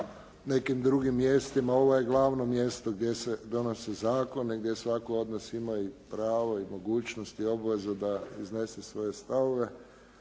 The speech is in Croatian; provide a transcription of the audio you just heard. nekim drugim mjestima, ovo je glavno mjesto gdje se donose zakoni, gdje svatko od nas ima i pravo i mogućnost i obvezu da iznese svoje stavove.